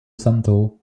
santo